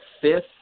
fifth